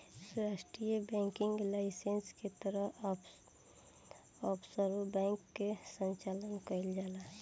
अंतर्राष्ट्रीय banking licence के तहत ऑफशोर बैंक के संचालन कईल जाला